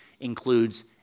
includes